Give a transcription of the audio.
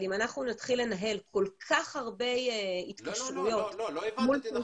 אם אנחנו נתחיל לנהל כל-כך הרבה התקשרויות מול --- קרן,